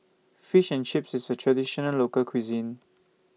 Fish and Chips IS A Traditional Local Cuisine